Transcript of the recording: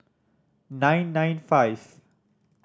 nine nine five